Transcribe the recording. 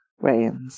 rains